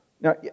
Now